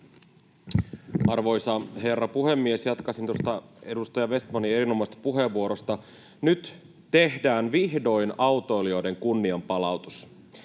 Arvoisa herra puhemies! Jatkaisin tuosta edustaja Vestmanin erinomaisesta puheenvuorosta. Nyt tehdään vihdoin autoilijoiden kunnianpalautus.